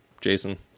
Jason